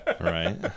Right